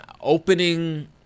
opening